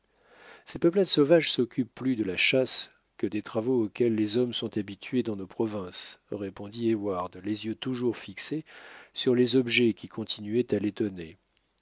ces peuplades sauvages s'occupent plus de la chasse que des travaux auxquels les hommes sont habitués dans nos provinces répondit heyward les yeux toujours fixés sur les objets qui continuaient à l'étonner